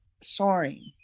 soaring